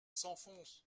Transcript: s’enfonce